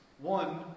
One